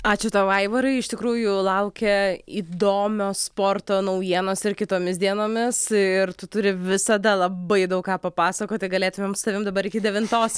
ačiū tau aivarai iš tikrųjų laukia įdomios sporto naujienos ir kitomis dienomis ir tu turi visada labai daug ką papasakoti galėtumėm su tavim dabar iki devintos